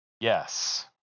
Yes